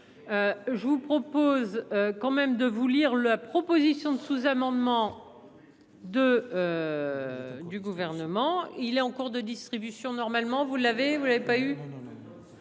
Je vous propose quand même de vous lire la proposition de sous-amendements. De. Du gouvernement il est en cours de distribution normalement vous l'avez vous